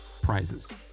prizes